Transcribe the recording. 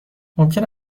ممکن